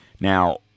Now